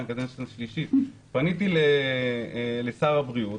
וזו כבר הקדנציה השלישית פניתי לשר הבריאות.